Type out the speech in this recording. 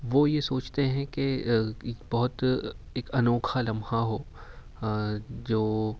وہ یہ سوچتے ہیں کہ ایک بہت ایک انوکھا لمحہ ہو جو